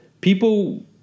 People